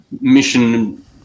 mission